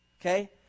okay